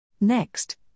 Next